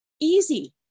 easy